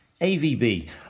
AVB